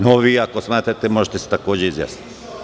No, vi ako smatrate, možete se takođe izjasniti.